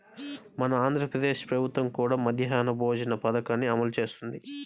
మన ఆంధ్ర ప్రదేశ్ ప్రభుత్వం కూడా మధ్యాహ్న భోజన పథకాన్ని అమలు చేస్తున్నది